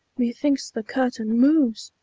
methinks the curtain moves!